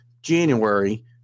January